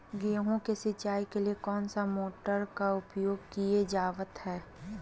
गेहूं के सिंचाई के लिए कौन सा मोटर का प्रयोग किया जावत है?